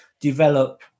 develop